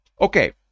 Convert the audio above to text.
Okay